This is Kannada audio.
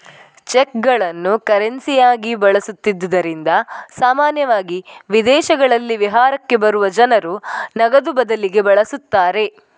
ಚೆಕ್ಗಳನ್ನು ಕರೆನ್ಸಿಯಾಗಿ ಬಳಸುತ್ತಿದ್ದುದರಿಂದ ಸಾಮಾನ್ಯವಾಗಿ ವಿದೇಶಗಳಲ್ಲಿ ವಿಹಾರಕ್ಕೆ ಬರುವ ಜನರು ನಗದು ಬದಲಿಗೆ ಬಳಸುತ್ತಾರೆ